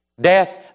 Death